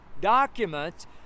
documents